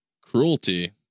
cruelty